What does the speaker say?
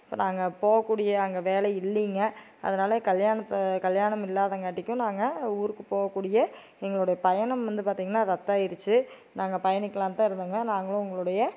இப்போ நாங்கள் போகக்கூடிய அங்கே வேலை இல்லைங்க அதனால் கல்யாணத்தை கல்யாணம் இல்லாதங்காட்டிக்கும் நாங்கள் ஊருக்கு போகக்கூடிய எங்களோடைய பயணம் வந்து பார்த்தீங்கன்னா ரத்தாயிடுச்சு நாங்கள் பயணிக்கலாம் தான் இருந்தோம்ங்க நாங்களும் உங்களுடைய